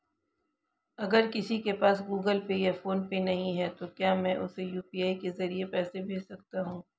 अगर किसी के पास गूगल पे या फोनपे नहीं है तो क्या मैं उसे यू.पी.आई के ज़रिए पैसे भेज सकता हूं?